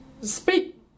speak